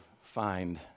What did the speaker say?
find